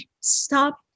stop